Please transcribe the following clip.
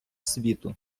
світу